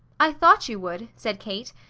i thought you would, said kate.